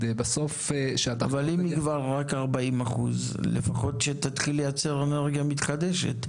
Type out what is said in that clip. כדי שבסוף --- אבל היא כבר רק 40% לפחות שתתחיל לייצר אנרגיה מתחדשת.